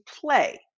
play